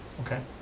okay.